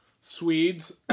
Swedes